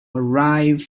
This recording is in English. arrive